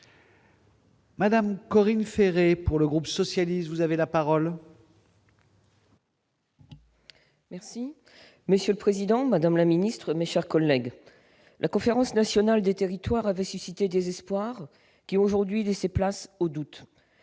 Mme Corinne Féret, pour le groupe socialiste et républicain. Monsieur le président, madame la ministre, mes chers collègues, la Conférence nationale des territoires avait suscité des espoirs, qui ont aujourd'hui laissé place aux doutes.